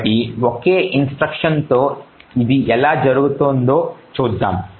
కాబట్టి ఒకే ఇన్స్ట్రక్షన్ తో ఇది ఎలా జరుగుతుందో చూద్దాం